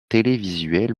télévisuelles